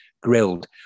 grilled